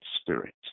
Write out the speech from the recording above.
spirit